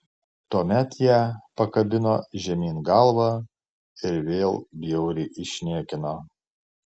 tuomet ją pakabino žemyn galva ir vėl bjauriai išniekino